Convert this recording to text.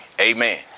Amen